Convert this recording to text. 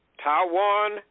taiwan